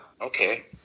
Okay